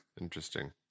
Interesting